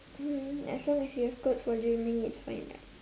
hmm as long as you have clothes for gymming it's fine right